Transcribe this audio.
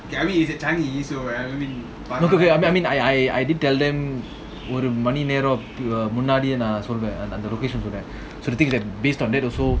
I mean I mean I I did tell them ஒருமணிநேரம்முன்னாடியேநான்சொல்வேன்:orumani neram munnadi nan solven so the thing is that based on that also